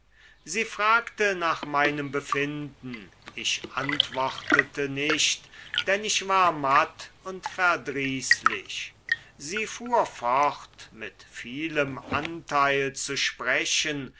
sie fragte nach meinem befinden ich antwortete nicht denn ich war matt und verdrießlich sie fuhr fort mit vielem anteil zu sprechen